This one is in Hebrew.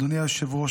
אדוני היושב-ראש,